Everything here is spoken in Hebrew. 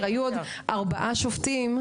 בעיקר ביחידות קרביות מאוד,